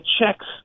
checks